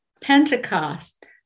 Pentecost